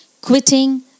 Quitting